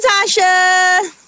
Natasha